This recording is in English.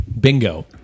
Bingo